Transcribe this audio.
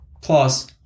Plus